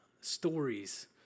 stories